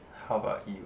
how about you